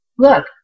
Look